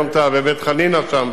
היום אתה בבית-חנינא שם,